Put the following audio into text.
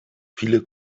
viele